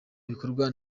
bikorwa